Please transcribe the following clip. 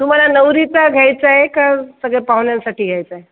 तुम्हाला नवरीचा घ्यायचा आहे का सगळ्या पाहुण्यांसाठी घ्यायचा आहे